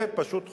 זה פשוט חוסך,